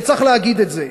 וצריך גם להגיד את זה.